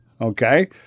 Okay